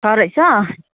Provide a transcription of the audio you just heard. छ रहेछ